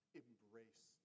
embrace